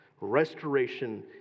restoration